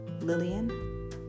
Lillian